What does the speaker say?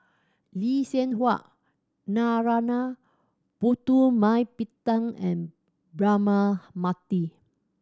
Lee Seng Huat Narana Putumaippittan and Braema Mathi